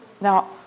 Now